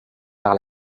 par